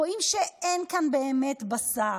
רואים שאין כאן באמת בשר,